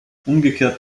umgekehrt